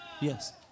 Yes